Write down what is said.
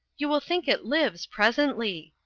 you will think it lives presently.